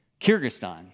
Kyrgyzstan